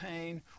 pain